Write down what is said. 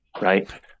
right